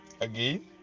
Again